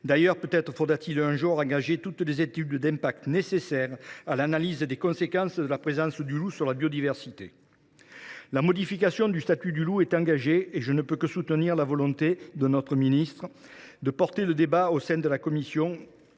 D’ailleurs, peut être faudra t il un jour mener toutes les études d’impact nécessaires à l’analyse des conséquences de la présence du loup sur la biodiversité ? La modification du statut du loup est engagée, et je ne peux que soutenir votre volonté, monsieur le ministre, de porter le débat au sein de la Commission